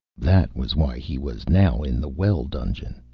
that was why he was now in the well-dungeon.